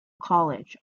college